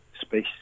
space